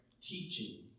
teaching